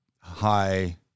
high